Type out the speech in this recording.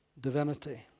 divinity